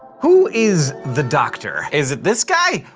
who is the doctor? is it this guy?